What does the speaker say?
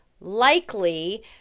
likely